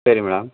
சரி மேடம்